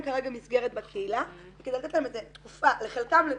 כרגע מסגרת בקהילה כדי לתת להם איזה תקופה לחלקם,